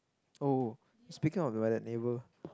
oh speaking of about that neighbour